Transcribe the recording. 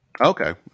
Okay